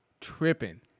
Tripping